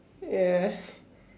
ya